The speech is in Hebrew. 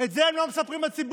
את זה הם לא מספרים לציבור.